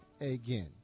again